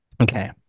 okay